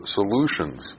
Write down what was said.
solutions